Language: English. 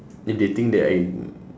if they think that I